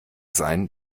sein